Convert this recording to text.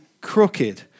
crooked